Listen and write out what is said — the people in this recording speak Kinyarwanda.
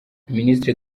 ministre